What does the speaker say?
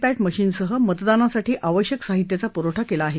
पद्धीमशिनसह मतदानासाठी आवश्यक साहित्याचा पुरवठा केला आहे